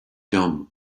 dumb